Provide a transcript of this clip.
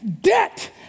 Debt